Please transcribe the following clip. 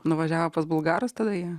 nuvažiavo pas bulgarus tada jie